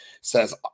says